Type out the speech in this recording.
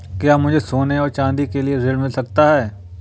क्या मुझे सोने और चाँदी के लिए ऋण मिल सकता है?